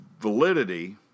validity